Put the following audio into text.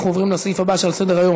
אנחנו עוברים לסעיף הבא על סדר-היום,